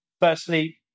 firstly